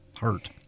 hurt